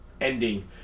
ending